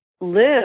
live